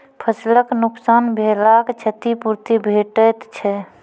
फसलक नुकसान भेलाक क्षतिपूर्ति भेटैत छै?